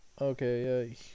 Okay